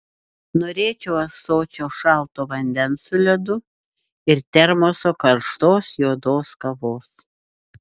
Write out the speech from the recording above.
norėčiau ąsočio šalto vandens su ledu ir termoso karštos juodos kavos